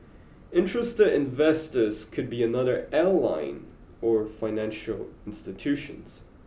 interested investors could be another airline or financial institutions